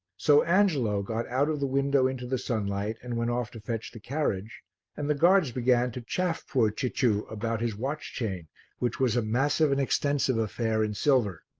so angelo got out of the window into the sunlight and went off to fetch the carriage and the guards began to chaff poor cicciu about his watch-chain which was a massive and extensive affair in silver.